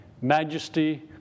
majesty